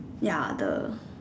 ya the